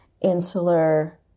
insular